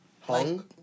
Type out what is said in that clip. Hung